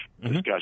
discussion